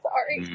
Sorry